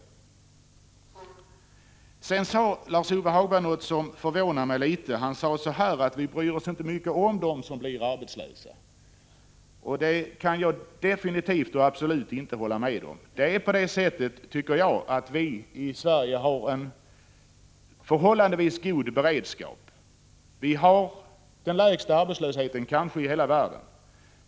Lars-Ove Hagberg sade sedan någonting som förvånar mig, nämligen att vi inte bryr oss så mycket om dem som blir arbetslösa. Det kan jag absolut inte hålla med om. Vi har i Sverige, tycker jag, en förhållandevis god beredskap. Vi har den lägsta arbetslösheten kanske i hela världen.